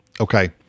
Okay